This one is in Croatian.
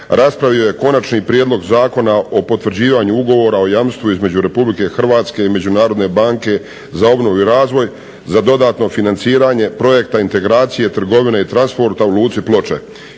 raspravio je Konačni prijedlog Zakona o potvrđivanju Ugovora o jamstvu između Republike Hrvatske i Međunarodne banke za obnovu i razvoj za dodatno financiranje "Projekta integracije trgovine i transporta" u Luci Ploče,